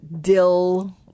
dill